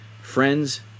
Friends